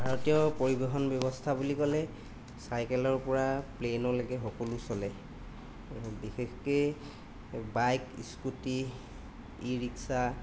ভাৰতীয় পৰিৱহণ ব্যৱস্থা বুলি ক'লে চাইকেলৰ পৰা প্লেনলৈকে সকলো চলে বিশেষকে বাইক স্কুটি ই ৰিক্সা